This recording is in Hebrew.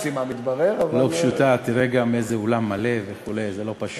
ומבקר המדינה כבר הזהיר לפני כמה שנים לא לעלות